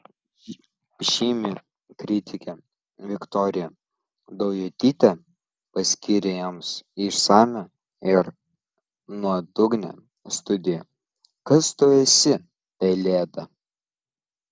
žymi kritikė viktorija daujotytė paskyrė joms išsamią ir nuodugnią studiją kas tu esi pelėda